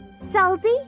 salty